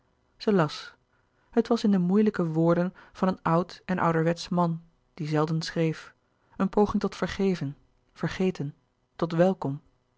zij las het was in de moeilijke woorden van een oud en ouderwetsch man die zelden schreef een poging tot vergeven vergeten tot welkom